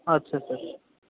আচ্ছা স্যার